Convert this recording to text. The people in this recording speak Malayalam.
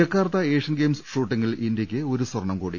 ജക്കാർത്ത ഏഷ്യൻ ഗെയിംസ് ഷൂട്ടിംഗിൽ ഇന്ത്യയ്ക്ക് ഒരു സ്വർണ്ണംകൂടി